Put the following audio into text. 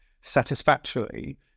satisfactorily